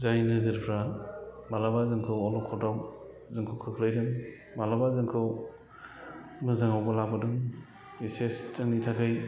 जाय नोजोरफ्रा माब्लाबा जोंखौ अलखदाव जोंखौ खोख्लैदों मालाबा जोंखौ मोजाङावबो लाबोदों बिसेस जोंनि थाखाय